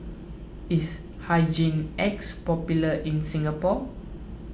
is Hygin X popular in Singapore